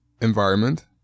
environment